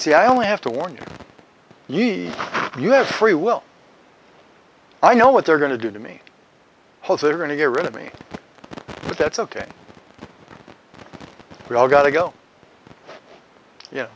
see i only have to warn you you have freewill i know what they're going to do to me hope they're going to get rid of me but that's ok we all got to go y